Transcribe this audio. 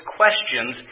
questions